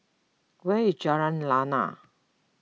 where is Jalan Lana